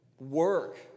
work